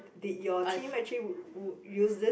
did your team actually use this